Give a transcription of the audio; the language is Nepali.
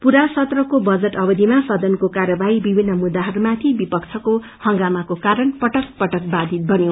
पूरा सत्रको बजट अवधिमा सदनको काव्रवाही विभिन्न मुद्दाहरूमाथि विपक्षको हंगामाको कारण पटक पटक बाथित बन्यो